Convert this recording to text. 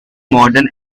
modern